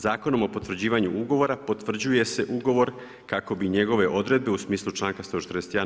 Zakonom o potvrđivanju ugovora potvrđuje se ugovor kako bi njegove odredbe u smislu članka 141.